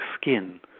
skin